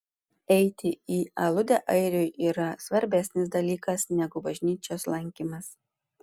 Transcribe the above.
eiti į aludę airiui yra svarbesnis dalykas negu bažnyčios lankymas